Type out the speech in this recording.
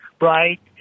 right